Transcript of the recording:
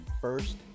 first